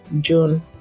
June